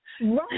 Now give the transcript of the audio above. Right